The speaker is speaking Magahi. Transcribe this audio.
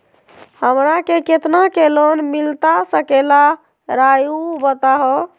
हमरा के कितना के लोन मिलता सके ला रायुआ बताहो?